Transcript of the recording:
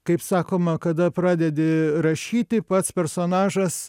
kaip sakoma kada pradedi rašyti pats personažas